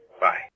Bye